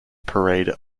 parade